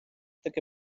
таки